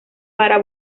para